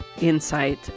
insight